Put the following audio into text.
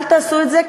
אל תעשו את זה,